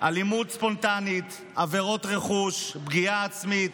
אלימות ספונטנית, עבירות רכוש, פגיעה עצמית,